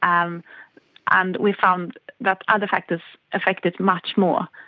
um and we found that other factors affect it much more.